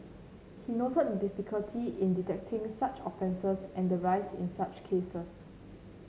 he noted the difficulty in detecting such offences and the rise in such cases